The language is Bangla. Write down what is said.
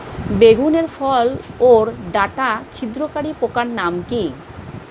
বেগুনের ফল ওর ডাটা ছিদ্রকারী পোকার নাম কি?